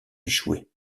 échoué